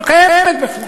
היא לא קיימת בכלל.